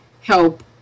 help